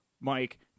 Mike